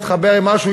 התחבר עם משהו,